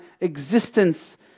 existence